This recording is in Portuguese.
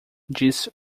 disse